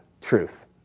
truth